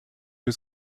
was